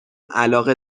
علاقه